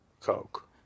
Coke